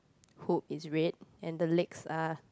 hoop is red and the legs are